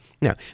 Now